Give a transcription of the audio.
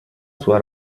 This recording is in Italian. sua